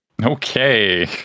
Okay